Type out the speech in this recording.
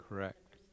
Correct